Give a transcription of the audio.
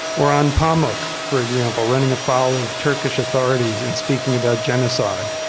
orhan pamuk for example running afoul of turkish authorities and speaking about genocide.